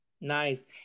Nice